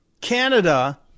Canada